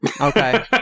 Okay